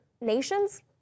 nations